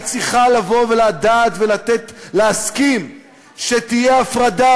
היית צריכה לבוא ולדעת ולהסכים שתהיה הפרדה